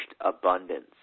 Abundance